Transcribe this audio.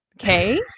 okay